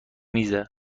میزه